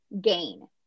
gain